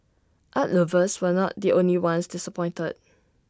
art lovers were not the only ones disappointed